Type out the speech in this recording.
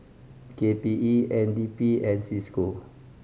K P E N D P and Cisco